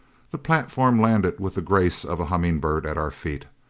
the platform landed with the grace of a humming bird at our feet,